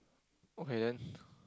okay then